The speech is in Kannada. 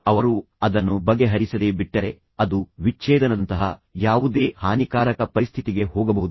ಅವರು ಅದನ್ನು ಬಗೆಹರಿಸದೇ ಬಿಟ್ಟರೆ ಅದು ವಿಚ್ಛೇದನದಂತಹ ಯಾವುದೇ ಹಾನಿಕಾರಕ ಪರಿಸ್ಥಿತಿಗೆ ಹೋಗಬಹುದು